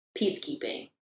peacekeeping